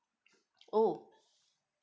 oh